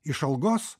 iš algos